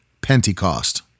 Pentecost